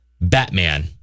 Batman